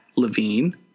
Levine